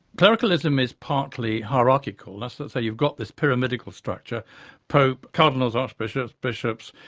clericalism is partly hierarchical that's the, so you've got this pyramidical structure pope, cardinals, archbishops, bishops,